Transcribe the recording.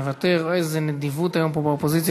מוותר, איזו נדיבות היום פה באופוזיציה.